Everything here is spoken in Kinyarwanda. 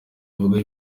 buvuga